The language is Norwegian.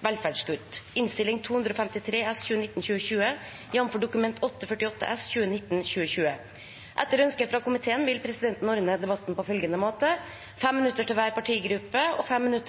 minutter